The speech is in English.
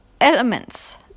elements